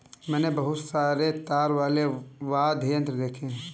मैंने बहुत सारे तार वाले वाद्य यंत्र देखे हैं